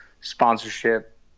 sponsorship